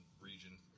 Region